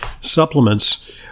supplements